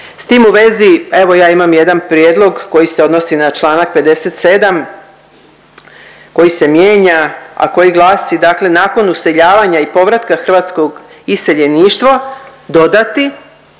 S tim u vezi evo ja imam jedan prijedlog koji se odnosi na čl. 57., koji se mijenja, a koji glasi dakle nakon useljavanja i povratka hrvatskog iseljeništva dodati